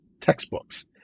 textbooks